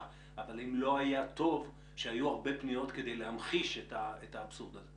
אבל האם לא היה טוב שהיו הרבה פניות כדי להמחיש את האבסורד הזה?